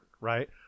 right